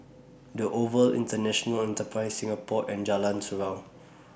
The Oval International Enterprise Singapore and Jalan Surau